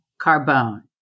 Carbone